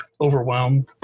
overwhelmed